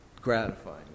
gratifying